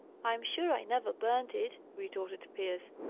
i'm sure i never burnt it, retorted pierce.